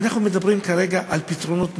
אנחנו מדברים כרגע על פתרונות מעשיים,